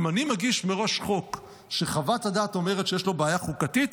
אם אני מגיש מראש חוק שחוות הדעת אומרת שיש לו בעיה חוקתית,